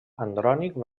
andrònic